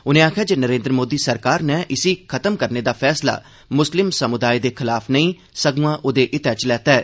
उनें आखेआ जे नरेंद्र मोदी सरकार नै इसी खत्म करने दा फैसला मुस्लिम समुदाय दे खलाफ नेई सग्रां ओहदे हितै च लैता ऐ